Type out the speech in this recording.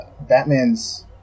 Batman's